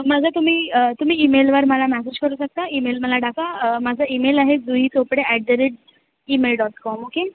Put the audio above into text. माझा तुम्ही तुम्ही ईमेलवर मला मॅसेज करू शकता ईमेल मला टाका माझा ईमेल आहे Jui Chopde at the rate email dot com okay